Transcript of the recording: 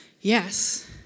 Yes